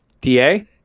DA